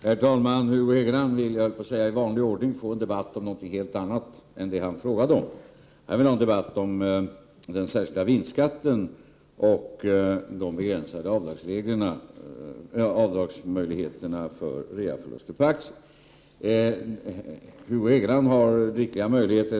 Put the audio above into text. Herr talman! Hugo Hegeland vill, i vanlig ordning höll jag på att säga, få en debatt om något helt annat än det han har frågat om. Han vill ha en debatt om den särskilda vinstskatten och de begränsade möjligheterna till avdrag för reaförluster på aktier.